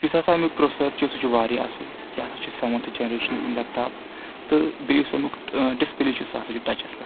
یُس ہسا امیُک پروسر چھُ سُہ چھُ واریاہ اَصٕل یہِ ہسا چھُ سیوَنتھٕ جنریشنہِ ہُنٛد لیپ ٹاپ تہٕ بیٚیہِ یُس امیُک ڈِسپٕلے چھُ سُہ ہسا چھُ ٹچس پؠٹھ